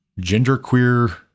genderqueer